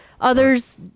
others